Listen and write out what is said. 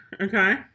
okay